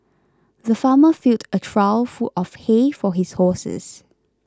the farmer filled a trough full of hay for his horses